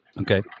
Okay